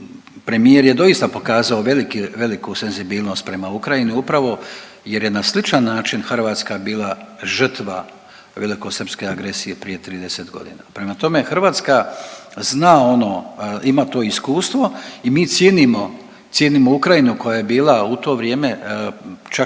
premijer je doista pokazao veliku senzibilnost prema Ukrajini, upravo jer je na sličan način Hrvatska bila žrtva velikosrpske agresije prije 30 godina. Prema tome, Hrvatska zna ono ima to iskustvo i mi cijenimo Ukrajinu koja je bila u to vrijeme čak